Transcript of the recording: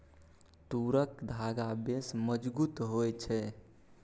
तूरक धागा बेस मजगुत होए छै